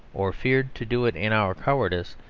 or feared to do it in our cowardice,